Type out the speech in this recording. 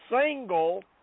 single